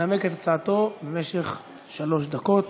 ינמק את הצעתו במשך שלוש דקות,